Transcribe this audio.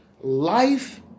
Life